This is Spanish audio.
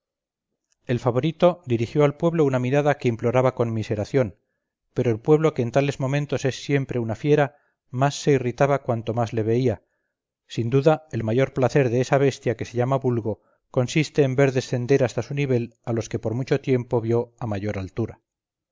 el favorito dirigió al pueblo una mirada que imploraba conmiseración pero el pueblo que en tales momentos es siempre una fiera más se irritaba cuanto más le veía sin duda el mayor placer de esa bestia que se llama vulgo consiste en ver descender hasta su nivel a los que por mucho tiempo vio a mayor altura